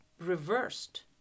reversed